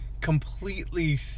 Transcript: completely